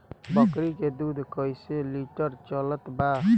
बकरी के दूध कइसे लिटर चलत बा?